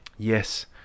Yes